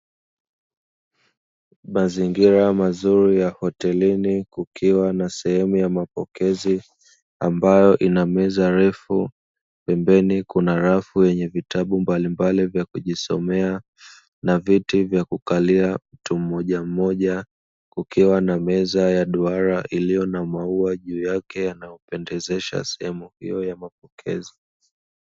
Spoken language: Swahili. Mazingira mazuri ya hotelini kukiwa na sehemu ya mapokezi, ambayo ina meza refu, pembeni kuna rafu yenye vitabu mbalimbali vya kujisomea na viti vya kukalia mtu mmoja mmoja, kukiwa na meza ya duara iliyo na maua juu yake yanayopendezesha sehemu hiyo ya mapokezi.